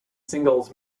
singles